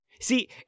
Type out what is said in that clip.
See